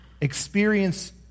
experience